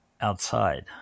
outside